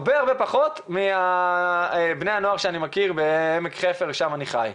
פחות מבני הנוער שאני מכיר בעמק חפר שם אני חי.